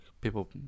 people